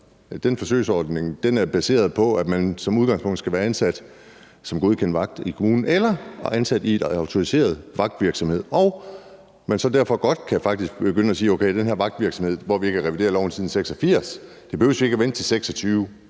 tryghedsvagter er baseret på, at man som udgangspunkt skal være ansat som godkendt vagt i kommunen eller ansat i en autoriseret vagtvirksomhed, og at vi så derfor faktisk godt kan sige, at det her med vagtvirksomhed, hvor vi ikke har revideret loven siden 1986, jo ikke behøves at vente til 2026?